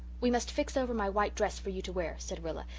we must fix over my white dress for you to wear, said rilla.